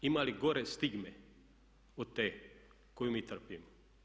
Ima li gore stigme od te koju mi trpimo?